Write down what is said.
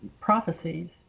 prophecies